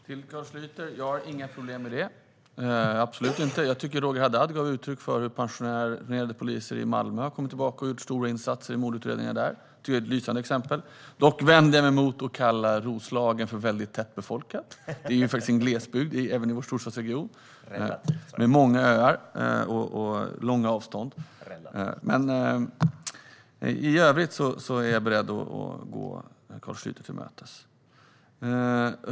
Herr talman! Jag har absolut inga problem med det, Carl Schlyter. Jag tycker att Roger Haddad gav uttryck för hur pensionerade poliser i Malmö kommit tillbaka och gjort stora insatser i mordutredningar där. Det är ett lysande exempel. Jag vänder mig dock emot att kalla Roslagen för tätbefolkat. Det är faktiskt en glesbygd, även om det ligger i en storstadsregion, med många öar och långa avstånd. Men i övrigt är jag beredd att gå Carl Schlyter till mötes.